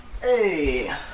Hey